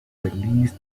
released